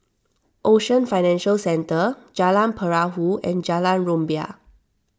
Ocean Financial Centre Jalan Perahu and Jalan Rumbia